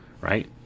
right